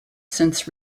since